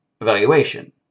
evaluation